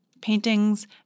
paintings